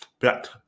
Black